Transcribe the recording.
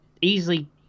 easily